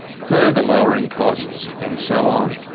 further lowering costs, and so on.